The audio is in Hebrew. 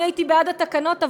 אני הייתי בעד התקנות,